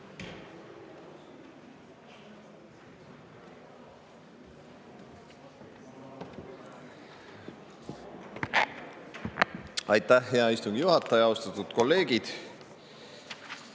Aitäh, hea istungi juhataja! Austatud kolleegid!